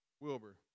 Wilbur